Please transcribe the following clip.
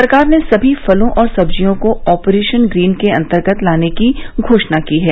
सरकार ने सभी फलों और सब्जियों को ऑपरेशन ग्रीन के अंतर्गत लाने की घोषणा की है